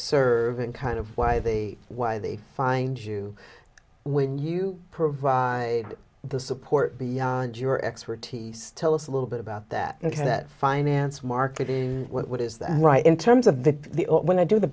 serve and kind of why they why they find you when you provide the support beyond your expertise tell us a little bit about that that finance marketing what is that right in terms of the when i do the